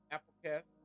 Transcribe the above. Applecast